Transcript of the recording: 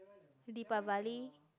Deepavali